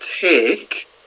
take